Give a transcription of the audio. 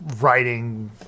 writing